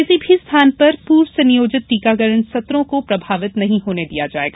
किसी भी स्थान पर पूर्व से नियोजित टीकाकरण सत्रों को प्रभावित नहीं होने दिया जायेगा